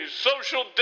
social